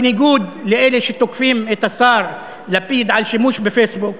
בניגוד לאלה שתוקפים את השר לפיד על שימוש בפייסבוק,